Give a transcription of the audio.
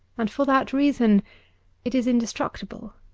and for that reason it is indestructible.